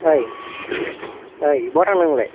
ओइ ओइ बहा थांनो नोलाय